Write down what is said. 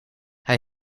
hij